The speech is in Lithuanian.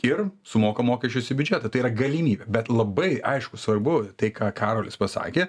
ir sumoka mokesčius į biudžetą tai yra galimybė bet labai aišku svarbu tai ką karolis pasakė